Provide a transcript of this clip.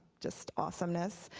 just awesomeness.